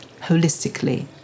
holistically